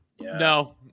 no